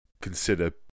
consider